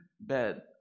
bed